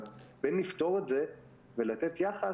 אבל בין לפתור את זה ולתת יחס,